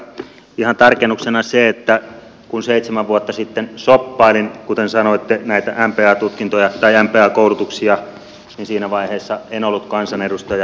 ihan tarkennuksena se että kun seitsemän vuotta sitten shoppailin kuten sanoitte näitä mba koulutuksia niin siinä vaiheessa en ollut kansanedustaja